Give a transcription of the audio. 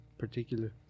particular